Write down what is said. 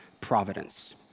providence